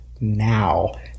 now